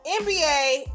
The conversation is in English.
NBA